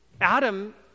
Adam